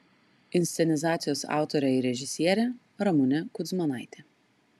inscenizacijos autorė ir režisierė ramunė kudzmanaitė